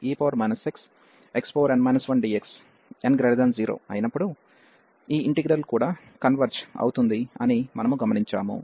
n0 అయినప్పుడు ఈ integral కూడా కన్వెర్జ్ అవుతుంది అని మనము గమనించాము